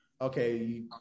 okay